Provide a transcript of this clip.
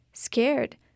Scared